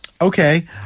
Okay